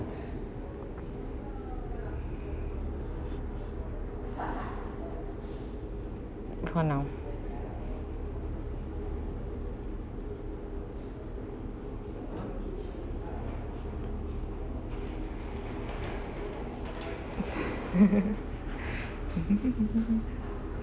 hold on ah